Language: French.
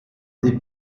des